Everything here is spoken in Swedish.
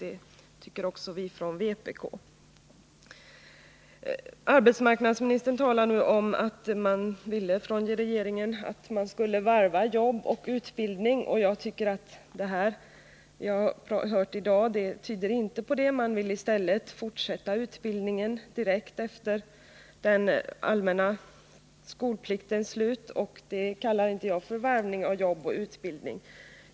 Det tycker också vi från vpk. Arbetsmarknadsministern sade att regeringen vill att man skall varva jobb och utbildning. Men det vi har hört i dag tyder inte på det. Man vill i stället fortsätta utbildningen direkt efter den allmänna skolpliktens slut, och det kallar inte jag för varvning av jobb och utbildning.